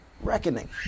reckoning